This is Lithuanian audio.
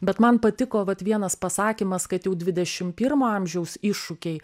bet man patiko vat vienas pasakymas kad jau dvidešimt pirmo amžiaus iššūkiai